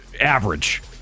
average